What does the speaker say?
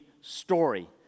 story